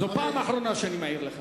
זו פעם אחרונה שאני מעיר לך.